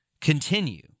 continue